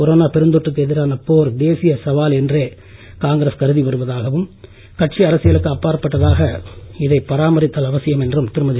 corona பெருந்தொற்றுக்கு எதிரான போர் தேசிய சவால் என்றே காங்கிரஸ் கருதி வருவதாகவும் கட்சி அரசியலுக்கு அப்பாற்பட்டதாக இதை பராமரித்தல் அவசியம் என்றும் திருமதி